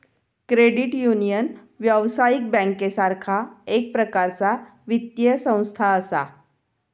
credit union, व्यावसायिक बँकेसारखा एक प्रकारचा वित्तीय संस्था असा